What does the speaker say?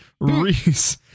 Reese